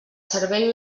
servei